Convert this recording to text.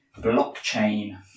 Blockchain